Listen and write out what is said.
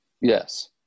Yes